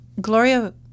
Gloria